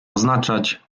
oznaczać